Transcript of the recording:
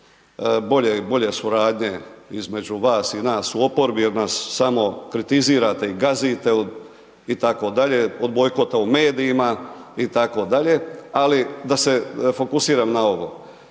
nekog bolje suradnje između vas i nas u oporbi jer nas kritizirate i gazite itd., od bojkota u medijima itd. ali da se fokusiram na ovo.